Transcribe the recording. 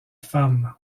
femme